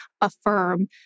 affirm